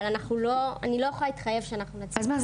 אבל אני לא יכולה להתחייב שאנחנו נצליח להגיע --- אז מה זה,